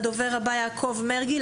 הדובר הבא יעקב מרגי,